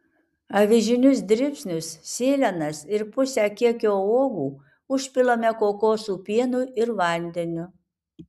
avižinius dribsnius sėlenas ir pusę kiekio uogų užpilame kokosų pienu ir vandeniu